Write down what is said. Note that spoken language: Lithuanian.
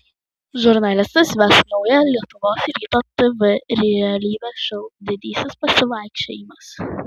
žurnalistas ves naują lietuvos ryto tv realybės šou didysis pasivaikščiojimas